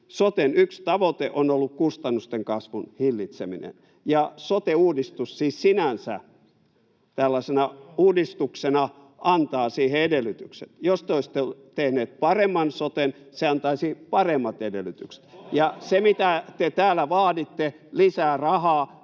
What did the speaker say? soten yksi tavoite on ollut kustannusten kasvun hillitseminen, ja sote-uudistus siis sinänsä tällaisena uudistuksena antaa siihen edellytykset. Jos te olisitte tehneet paremman soten, se antaisi paremmat edellytykset. [Vasemmalta: Oho!] Se, mitä te täällä vaaditte, lisää rahaa